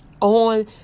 on